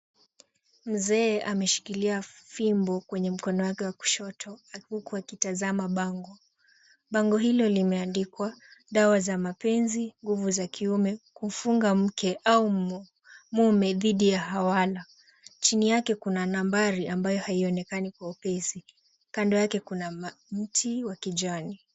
Mzee ameshikilia fimbo kwenye mkono wake wa kushoto huku akitazama bango. Bango hilo limeandikwa dawa za mapenzi, nguvu za kiume, kufunga mke au mume dhiti ya hawala. Chini yake kuna nambari ambayo haionekani kwa upesi. Kando yake kuna mti wa kijani.